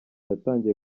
yatangiye